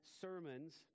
sermons